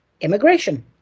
immigration